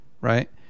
right